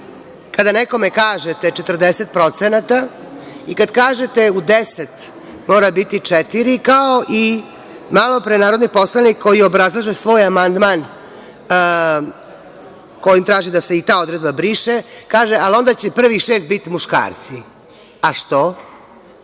Kada nekome kažete 40% i kad kažete u deset mora biti četiri, kao i malopre narodni poslanik koji obrazlaže svoj amandman, kojim traži da se i ta odredba briše, kaže – ali onda će prvih šest biti muškarci.A, što?